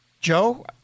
Joe